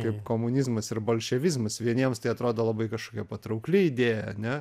kaip komunizmas ir bolševizmas vieniems tai atrodo labai kažkokia patraukli idėja ane